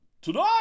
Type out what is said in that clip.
Today